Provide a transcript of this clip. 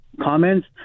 comments